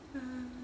ah